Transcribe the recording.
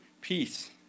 peace